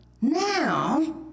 now